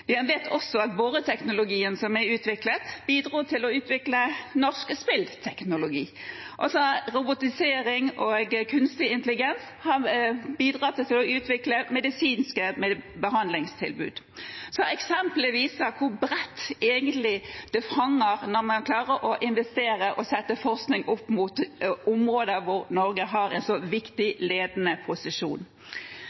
vet også at boreteknologien som er utviklet, bidro til å utvikle norsk spillteknologi. Robotisering og kunstig intelligens har bidratt til å utvikle medisinske behandlingstilbud. Eksemplene viser hvor bredt det egentlig favner når man klarer å investere og sette forskning opp mot områder hvor Norge har en så viktig